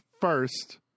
first